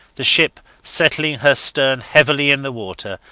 the ship, setting her stern heavily in the water,